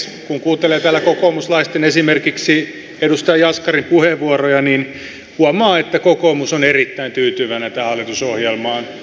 kun kuuntelee täällä kokoomuslaisten esimerkiksi edustaja jaskarin puheenvuoroja niin huomaa että kokoomus on erittäin tyytyväinen tähän hallitusohjelmaan